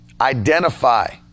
identify